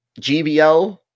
GBL